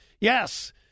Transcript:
Yes